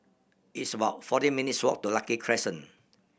it's about forty minutes' walk to Lucky Crescent